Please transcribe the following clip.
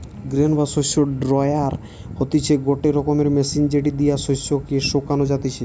grain বা শস্য dryer হতিছে গটে রকমের মেশিন যেটি দিয়া শস্য কে শোকানো যাতিছে